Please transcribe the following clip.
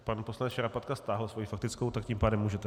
Pan poslanec Šarapatka stáhl svoji faktickou, tak tím pádem můžete.